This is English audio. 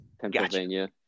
Pennsylvania